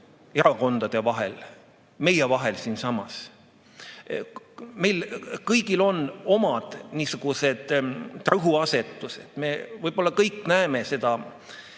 erakondade vahel, meie vahel siinsamas. Meil kõigil on omad niisugused rõhuasetused. Me võib-olla kõik näeme seda